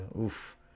Oof